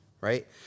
right